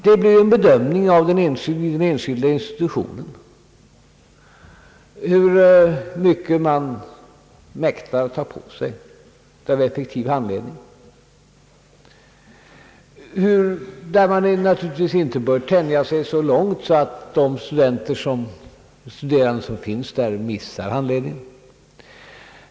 Det blir en bedömning av den enskilda institutionen hur mycket effektiv handledning man mäktar ta på sig. Man bör naturligtvis inte tänja det hela så långt att de studerande som där finns missar handledningen.